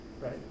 right